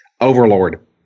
overlord